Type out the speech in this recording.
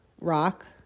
rock